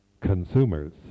consumers